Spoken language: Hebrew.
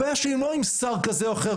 הבעיה שלי היא לא עם שר כזה או אחר,